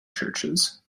churches